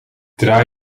draai